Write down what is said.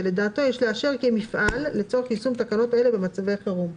שלדעתו יש לאשר כי הם מפעל לצורך יישום הוראות תקנות אלה במצבי חירום,